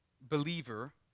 believer